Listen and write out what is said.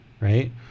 right